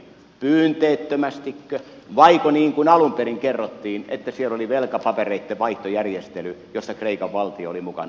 pyyteettömästikö vaiko niin kuin alun perin kerrottiin että siellä oli velkapapereitten vaihtojärjestely jossa kreikan valtio oli mukana